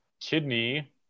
kidney